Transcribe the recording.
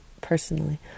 personally